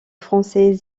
français